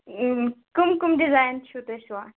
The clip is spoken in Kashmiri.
کٔم کٔم ڈِزایِن چھِو تُہۍ سُووان